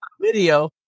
Video